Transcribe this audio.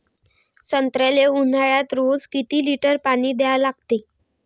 संत्र्याले ऊन्हाळ्यात रोज किती लीटर पानी द्या लागते?